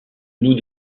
nous